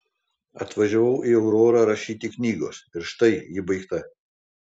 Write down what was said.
atvažiavau į aurorą rašyti knygos ir štai ji baigta